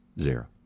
zero